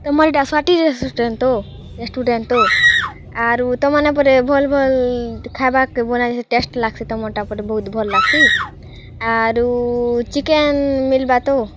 ତୁମର୍ ଏଇଟା ସ୍ଵାତୀ ରେସିସିଟେଣ୍ଟ ତ ରେଷ୍ଟୁଡ଼େଣ୍ଟ ତ ଆରୁ ତୋମ୍ ନା ପରେ ଭଲ୍ ଭଲ୍ ଖାଇବା କେ ବନାଇସି ଟେଷ୍ଟ୍ ଲାଗ୍ସି ତୋମ ଟା ପରେ ବହୁତ୍ ଭଲ୍ ଲାଗ୍ ସି ଆରୁ ଚିକେନ୍ ମିଲ୍ ବା ତ